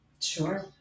Sure